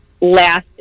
last